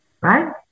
right